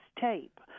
tape